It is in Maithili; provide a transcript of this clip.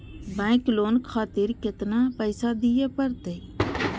बैंक लोन खातीर केतना पैसा दीये परतें?